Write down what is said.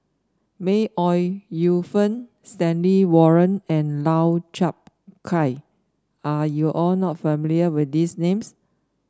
May Ooi Yu Fen Stanley Warren and Lau Chiap Khai are you or not familiar with these names